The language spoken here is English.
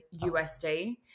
USD